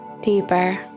deeper